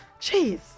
Jeez